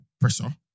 pressure